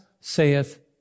saith